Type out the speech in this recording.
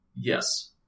Yes